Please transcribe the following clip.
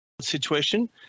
situation